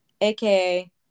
AKA